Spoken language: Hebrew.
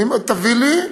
תביא לי,